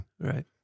Right